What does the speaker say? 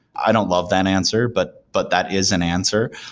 i don't love that answer, but but that is an answer.